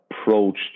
approached